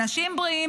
אנשים בריאים,